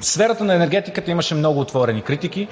В сферата на енергетиката имаше много отворени критики.